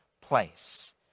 place